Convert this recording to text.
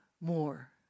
more